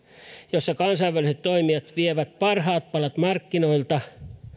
jossa kansainväliset toimijat vievät parhaat palat markkinoilta